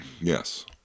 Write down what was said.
Yes